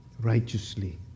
righteously